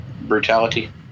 brutality